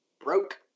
broke